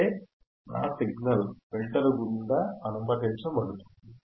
అంటేనా signal filter గుండా అనుమతించబడుతుంది